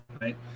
right